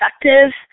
effective